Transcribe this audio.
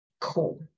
cool